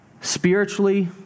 spiritually